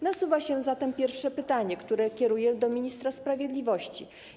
Nasuwa się zatem pierwsze pytanie, które kieruję do ministra sprawiedliwości.